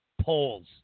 Polls